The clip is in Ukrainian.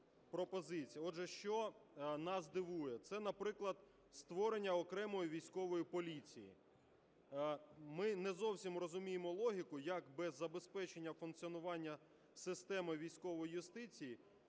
Отже, що нас дивує. Це, наприклад, створення окремої військової поліції. Ми не зовсім розуміємо логіку, як без забезпечення функціонування системи військової юстиції